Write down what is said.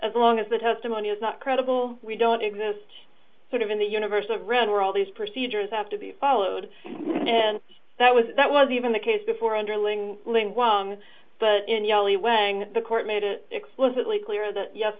as long as the testimony is not credible we don't exist sort of in the universe to render all these procedures have to be followed and that was that was even the case before underling but only when the court made it explicitly clear that yes